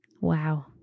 Wow